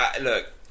look